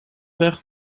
weg